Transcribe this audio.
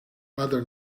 other